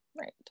right